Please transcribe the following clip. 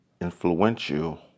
influential